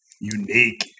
unique